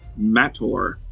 Mator